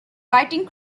writing